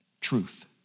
truth